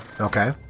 Okay